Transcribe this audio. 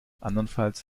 andernfalls